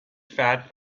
fat